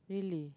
really